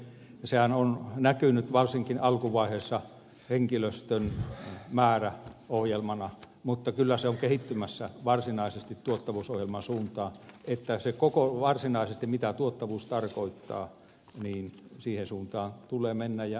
sehän on näkynyt varsinkin alkuvaiheessa henkilöstömääräohjelmana mutta kyllä se on kehittymässä varsinaisesti tuottavuusohjelman suuntaan niin että siihen suuntaan mitä varsinaisesti tuottavuus tarkoittaa tulee mennä ja mennään